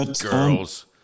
Girls